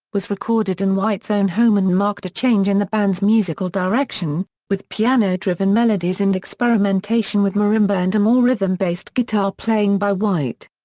was recorded in white's own home and marked a change in the band's musical direction, with piano-driven melodies and experimentation with marimba and a more rhythm-based guitar playing by white.